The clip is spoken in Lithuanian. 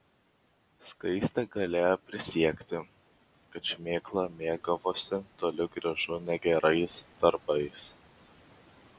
skaistė galėjo prisiekti kad šmėkla mėgavosi toli gražu ne gerais darbais